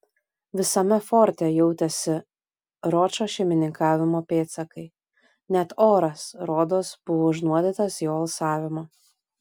visame forte jautėsi ročo šeimininkavimo pėdsakai net oras rodos buvo užnuodytas jo alsavimo